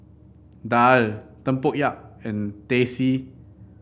daal tempoyak and Teh C